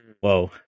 Whoa